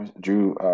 Drew